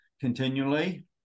continually